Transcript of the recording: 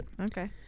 Okay